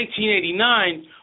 1989